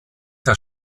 der